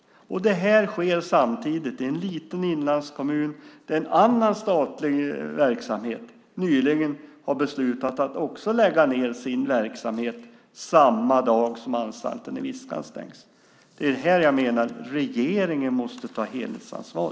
Och det här sker i en liten inlandskommun samtidigt som en annan statlig verksamhet nyligen har beslutat att också lägga ned sin verksamhet samma dag som anstalten Viskan stängs. Det är här jag menar att regeringen måste ta ett helhetsansvar.